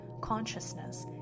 consciousness